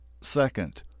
second